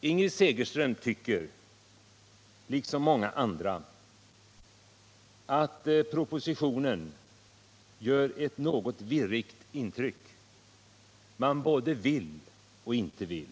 Liksom många andra tycker Ingrid Segerström att propositionen gör ett något virrigt intryck — man både vill och inte vill.